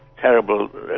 terrible